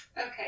Okay